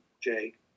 Jake